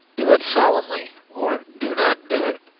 do it solemnly or do not do it.